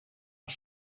een